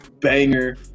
banger